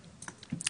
רשמי,